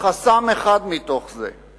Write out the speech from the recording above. חסם אחד מתוך זה.